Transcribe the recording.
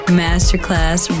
masterclass